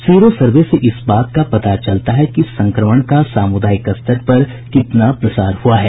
sero survey से इस बात का पता चलता है कि संक्रमण का सामुदायिक स्तर पर कितना प्रसार हुआ है